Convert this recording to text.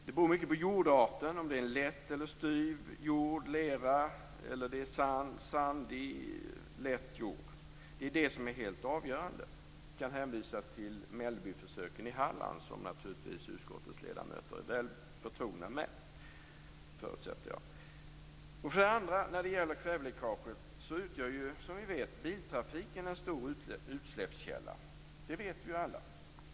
Det beror mycket på jordarten, om det är lätt eller styv jord, lera, sand i lätt jord. Det är detta som är helt avgörande. Jag kan hänvisa till försöken i Halland som naturligtvis utskottets ledamöter är väl förtrogna med. För det andra utgör biltrafiken en stor utsläppskälla. Det vet vi alla.